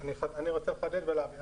אני רוצה לחדד ולהבהיר.